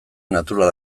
natural